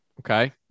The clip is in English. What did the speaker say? okay